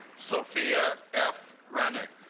sophia f rennick